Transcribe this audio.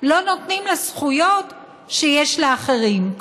לא נותנים לה זכויות שיש לאחרים,